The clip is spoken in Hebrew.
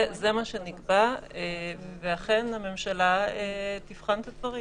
זה מה שנקבע ואכן הממשלה תבחן את הדברים.